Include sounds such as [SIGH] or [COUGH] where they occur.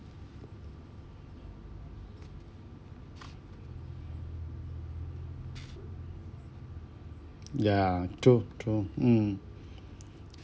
ya true true mm [BREATH]